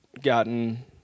gotten